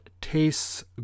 tastes